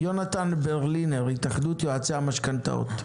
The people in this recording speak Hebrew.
יונתן ברלינר, התאחדות יועצי המשכנתאות.